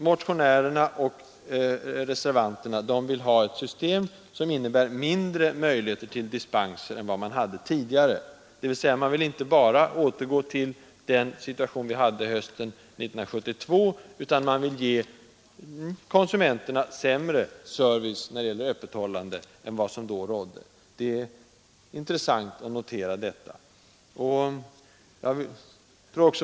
Motionärerna och reservanterna vill ha ett system som innebär mindre möjlighet till dispens än tidigare, dvs. de vill inte bara återgå till den situation vi hade hösten 1972 utan de vill ge konsumenterna sämre service när det gäller öppethållande än den som då gavs. Det är intressant att notera detta.